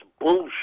bullshit